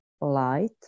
light